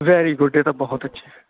very good ਇਹ ਤਾਂ ਬਹੁਤ ਅੱਛਾ ਹੈ